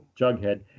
Jughead